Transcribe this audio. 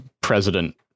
President